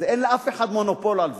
אין לאף אחד מונופול על זה.